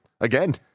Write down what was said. again